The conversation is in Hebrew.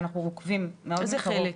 ואנחנו עוקבים מאוד מקרוב --- איזה חלק?